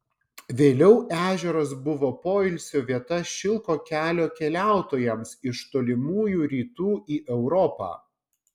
vėliau ežeras buvo poilsio vieta šilko kelio keliautojams iš tolimųjų rytų į europą